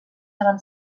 abans